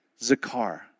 Zakar